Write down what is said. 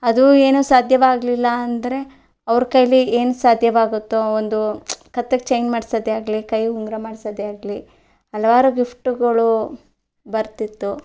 ಅದೂ ಏನೂ ಸಾಧ್ಯವಾಗಲಿಲ್ಲ ಅಂದರೆ ಅವ್ರ ಕೈಲಿ ಏನು ಸಾಧ್ಯವಾಗುತ್ತೋ ಒಂದು ಕತ್ತಿಗೆ ಚೈನ್ ಮಾಡಿಸೋದೆ ಆಗಲಿ ಕೈಗೆ ಉಂಗುರ ಮಾಡಿಸೋದೆ ಆಗಲಿ ಹಲವಾರು ಗಿಫ್ಟುಗಳು ಬರ್ತಿತ್ತು